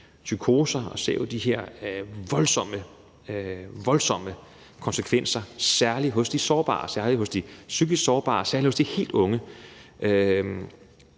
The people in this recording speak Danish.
voldsomme, voldsomme konsekvenser, særlig hos de sårbare, særlig hos de psykisk sårbare, særlig hos de helt unge.